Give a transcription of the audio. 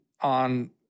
on